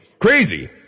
Crazy